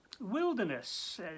wilderness